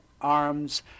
arms